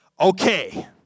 okay